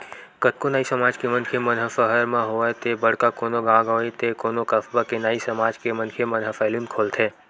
कतको नाई समाज के मनखे मन ह सहर म होवय ते बड़का कोनो गाँव गंवई ते कोनो कस्बा के नाई समाज के मनखे मन ह सैलून खोलथे